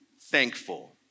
thankful